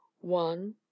one